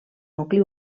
nucli